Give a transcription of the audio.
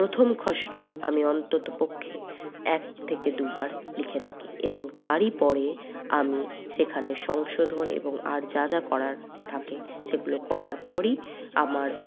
প্রথম খসড়া আমি অন্ততপক্ষে এক থেকে দুবার লিখে থাকি এবং তারই পরে আমি সেখানে সংশোধন এবং আর যা যা করার থাকে সেগুলো করার পরই আমার